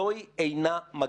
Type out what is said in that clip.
זו היא אינה מגיפה.